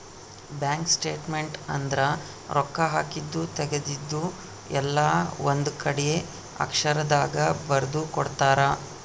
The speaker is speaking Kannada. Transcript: ಬ್ಯಾಂಕ್ ಸ್ಟೇಟ್ಮೆಂಟ್ ಅಂದ್ರ ರೊಕ್ಕ ಹಾಕಿದ್ದು ತೆಗ್ದಿದ್ದು ಎಲ್ಲ ಒಂದ್ ಕಡೆ ಅಕ್ಷರ ದಾಗ ಬರ್ದು ಕೊಡ್ತಾರ